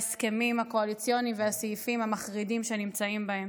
על ההסכמים הקואליציוניים והסעיפים המחרידים שנמצאים בהם.